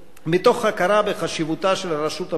מתוך הכרה בחשיבותה של הרשות המקומית